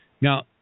Now